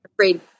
afraid